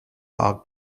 are